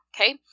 Okay